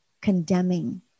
condemning